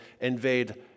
invade